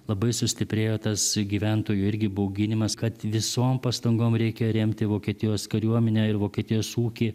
labai sustiprėjo tas gyventojų irgi bauginimas kad visom pastangom reikia remti vokietijos kariuomenę ir vokietijos ūkį